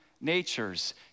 natures